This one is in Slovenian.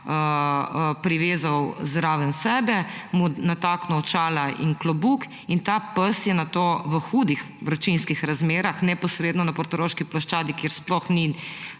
privezal zraven sebe, mu nataknil očala in klobuk in ta pes je bil nato v hudih vročinskih razmerah, neposredno na portoroški ploščadi, kjer sploh ni